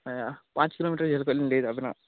ᱦᱮᱸ ᱯᱟᱸᱪ ᱠᱤᱞᱳᱢᱤᱴᱟᱨ ᱡᱷᱟᱹᱞ ᱠᱷᱚᱡ ᱞᱤᱧ ᱞᱟᱹᱭᱮᱫᱟ ᱟᱵᱮᱱᱟᱜ